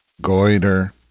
Goiter